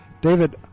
David